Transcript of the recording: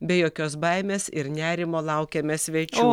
be jokios baimės ir nerimo laukiame svečių